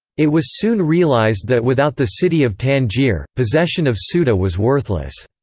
it was soon realized that without the city of tangier, possession of so ceuta was worthless.